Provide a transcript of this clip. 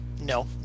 No